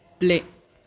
play